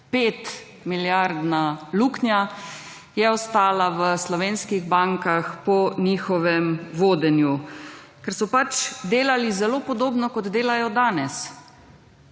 5 milijardna luknja je ostala v slovenskih bankah po njihovem vodenju. Ker so pač delali zelo podobno kot delajo danes.